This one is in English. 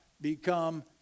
become